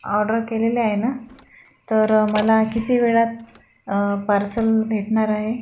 order केलेले आहे ना तर मला किती वेळात पार्सल भेटणार आहे